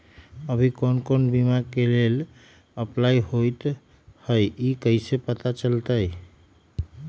अभी कौन कौन बीमा के लेल अपलाइ होईत हई ई कईसे पता चलतई?